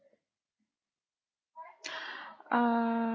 err